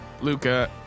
Luca